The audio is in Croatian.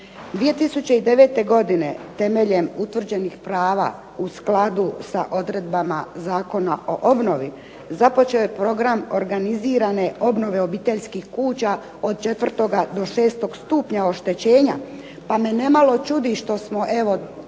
2009. godine temeljem utvrđenih prava u skladu sa odredbama Zakona o obnovi započeo je program organizirane obnove obiteljskih kuća od 4. do 6. stupnja oštećenja, pa me nemalo čudi što smo evo